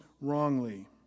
wrongly